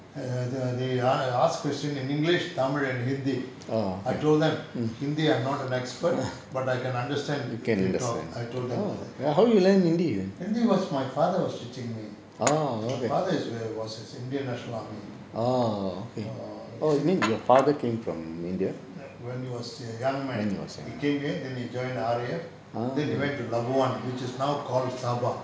err err they asked question in english tamil and hindi I told them hindi I'm not an expert but I can understand if you talk I told them hindi was my father was teaching me my father is very was in india national army when he was a young man he came here then he joined the R_A_F then he went to labuan which is now called sabah